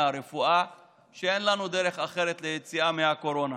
רפואה שאין לנו דרך אחרת ליציאה מהקורונה.